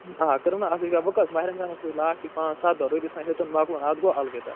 آ کٔرٕم نا اصٕل کَتھ وۄنۍ کٔژ ماہِ رمضانَس روٗدۍ لاسٹٕکۍ پٲنٛژ سَتھ دۄہ روٗدِس نا ہیٚوتُن مۄکلُن اَتھ گوٚو الوِداع